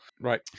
right